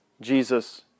Jesus